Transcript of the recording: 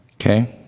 okay